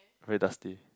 very dusty